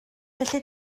felly